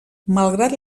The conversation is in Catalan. malgrat